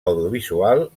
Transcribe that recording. audiovisual